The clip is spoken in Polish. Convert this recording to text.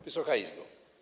Wysoka Izbo!